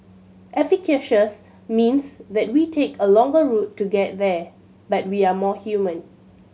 efficacious means that we take a longer route to get there but we are more human